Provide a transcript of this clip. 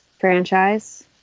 franchise